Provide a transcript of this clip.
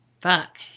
Fuck